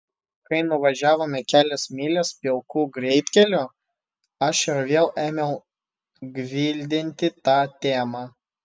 kai nuvažiavome kelias mylias pilku greitkeliu aš ir vėl ėmiau gvildenti tą temą